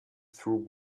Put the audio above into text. through